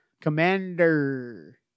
Commander